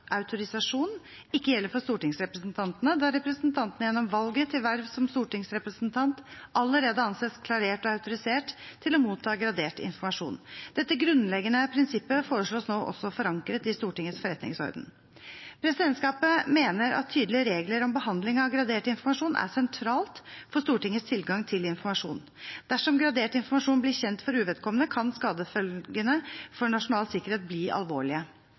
autorisasjon ikke gjelder for stortingsrepresentantene, da representantene gjennom valget til verv som stortingsrepresentant allerede anses klarert og autorisert til å motta gradert informasjon. Dette grunnleggende prinsippet foreslås nå også forankret i Stortingets forretningsorden. Presidentskapet mener at tydelige regler om behandling av gradert informasjon er sentralt for Stortingets tilgang til informasjon. Dersom gradert informasjon blir kjent for uvedkommende, kan skadefølgene for nasjonal sikkerhet bli alvorlige.